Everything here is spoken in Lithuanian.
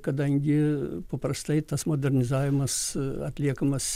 kadangi paprastai tas modernizavimas atliekamas